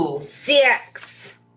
Six